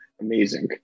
amazing